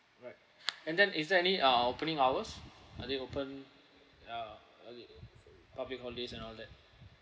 alright and then is there any ah opening hours are they open uh okay public holidays and all that